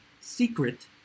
secret